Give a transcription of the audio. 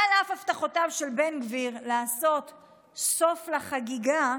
"על אף הבטחותיו של בן גביר לעשות סוף לחגיגה.